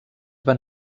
van